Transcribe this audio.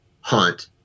hunt